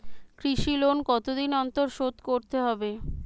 কৃষি লোন কতদিন অন্তর শোধ করতে হবে?